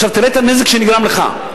עכשיו, תראה את הנזק שנגרם לך.